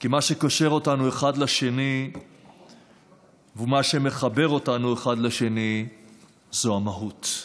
כי מה שקושר אותנו אחד לשני ומה שמחבר אותנו אחד לשני זה המהות.